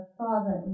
father